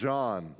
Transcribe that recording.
John